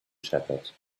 shepherd